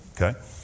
okay